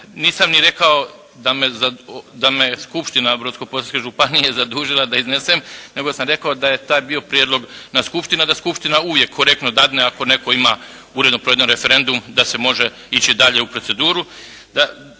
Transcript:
nisam ni rekao da me Skupština Brodsko-posavske županije zadužila da iznesem nego sam rekao da je tad bio prijedlog na skupštini da skupština uvijek korektno dadne ako netko ima uredno provedeno referendum da se može ići dalje u proceduru.